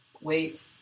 Wait